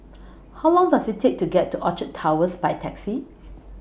How Long Does IT Take to get to Orchard Towers By Taxi